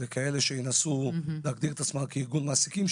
כאלה שינסו להגדיר את עצמם כארגון מעסיקים.